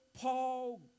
Paul